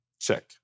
Check